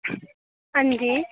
अंजी